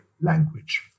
language